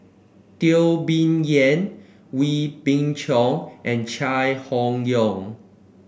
Teo Bee Yen Wee Beng Chong and Chai Hon Yoong